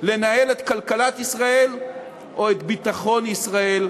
לנהל את כלכלת ישראל או את ביטחון ישראל,